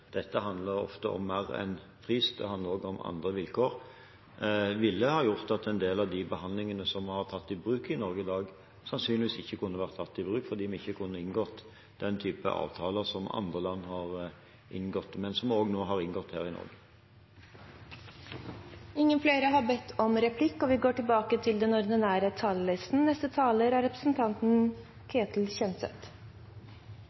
dette ofte handler om mer enn pris, det handler også om andre vilkår – ville det ha gjort at en del av de behandlingene som vi har tatt i bruk i Norge i dag, sannsynligvis ikke kunne vært tatt i bruk, fordi vi ikke kunne inngått den type avtaler som andre land har inngått, men som vi nå også har inngått her i Norge. Replikkordskiftet er omme. De talere som heretter får ordet, har en taletid på inntil 3 minutter. I saken vi behandler i dag, er